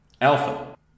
Alpha